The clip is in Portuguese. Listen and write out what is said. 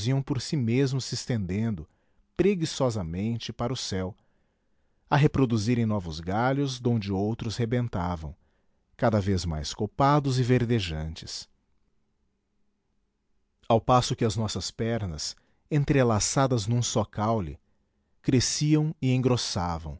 iam por si mesmos se estendendo preguiçosamente para o céu a reproduzirem novos galhos donde outros rebentavam cada vez mais copados e verdejantes ao passo que as nossas pernas entrelaçadas num só caule cresciam e engrossavam